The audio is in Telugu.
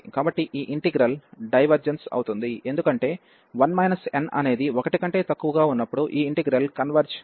కాబట్టి ఈ ఇంటిగ్రల్ డైవర్జెన్స్ అవుతుంది ఎందుకంటే 1 n అనేది 1 కంటే తక్కువగా ఉన్నప్పుడు ఈ ఇంటిగ్రల్ కన్వెర్జ్ అవుతుంది